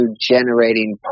generating